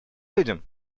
людям